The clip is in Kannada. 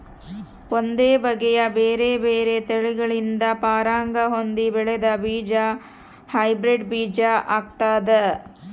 ಒಂದೇ ಬಗೆಯ ಬೇರೆ ಬೇರೆ ತಳಿಗಳಿಂದ ಪರಾಗ ಹೊಂದಿ ಬೆಳೆದ ಬೀಜ ಹೈಬ್ರಿಡ್ ಬೀಜ ಆಗ್ತಾದ